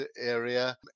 area